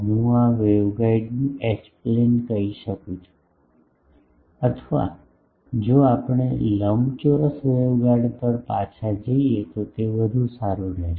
હું વેવગાઇડનું H plane કહી શકું છું અથવા જો આપણે લંબચોરસ વેવગાઇડ પર પાછા જઈએ તો તે વધુ સારું રહેશે